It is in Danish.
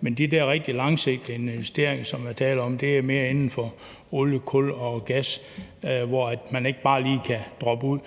Men de der rigtig langsigtede investeringer, som der er tale om, er mere inden for olie, kul og gas, hvor man ikke bare lige kan droppe ud.